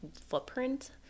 footprint